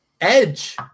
Edge